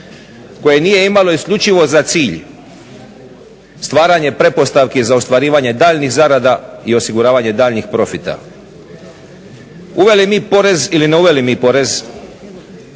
koje nije imalo isključivo za cilj stvaranje pretpostavki za ostvarivanje daljnjih zarada i osiguravanje daljnjih profita. Uveli mi porez ili ne uveli mi porez